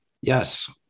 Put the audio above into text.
Yes